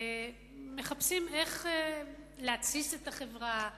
מחפשים איך להתסיס את החברה,